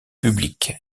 publique